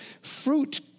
fruit